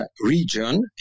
region